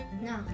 No